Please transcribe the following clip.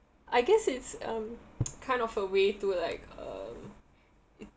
I guess it's um kind of a way to like um